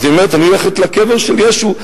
היא אומרת: אני הולכת לקבר של ישו.